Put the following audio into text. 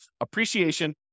appreciation